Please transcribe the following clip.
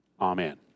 Amen